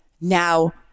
Now